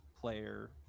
player